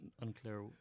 unclear